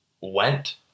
went